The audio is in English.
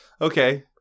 Okay